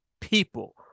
people